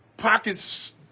pockets